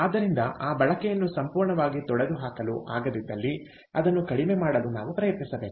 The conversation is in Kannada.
ಆದ್ದರಿಂದ ಆ ಬಳಕೆಯನ್ನು ಸಂಪೂರ್ಣವಾಗಿ ತೊಡೆದುಹಾಕಲು ಆಗದಿದ್ದಲ್ಲಿ ಅದನ್ನು ಕಡಿಮೆ ಮಾಡಲು ನಾವು ಪ್ರಯತ್ನಿಸಬೇಕು